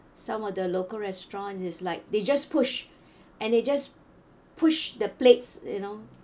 some of the local restaurant is like they just push and they just push the plates you know